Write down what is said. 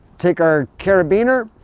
take our carabiner,